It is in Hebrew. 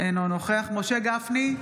אינו נוכח משה גפני,